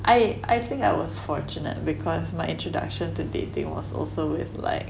I I think I was fortunate because my introduction to dating was also with like